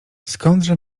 skądże